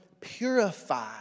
purify